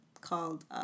called